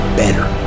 better